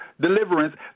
deliverance